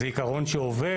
זה עיקרון שעובד.